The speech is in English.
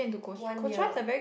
one year